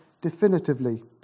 definitively